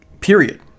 period